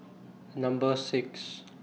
Number six